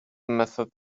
method